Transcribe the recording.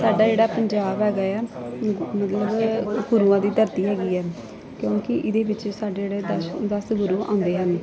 ਸਾਡਾ ਜਿਹੜਾ ਪੰਜਾਬ ਹੈਗਾ ਆ ਮਤਲਬ ਗੁਰੂਆਂ ਦੀ ਧਰਤੀ ਹੈਗੀ ਹੈ ਕਿਉਂਕਿ ਇਹਦੇ ਵਿੱਚ ਸਾਡੇ ਜਿਹੜੇ ਦਸ ਦਸ ਗੁਰੂ ਆਉਂਦੇ ਹਨ